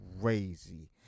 crazy